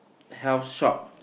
health shop